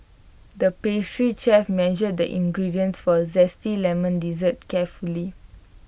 the pastry chef measured the ingredients for A Zesty Lemon Dessert carefully